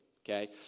okay